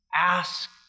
ask